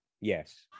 Yes